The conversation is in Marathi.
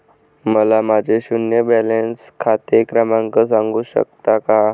मला माझे शून्य बॅलन्स खाते क्रमांक सांगू शकता का?